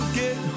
get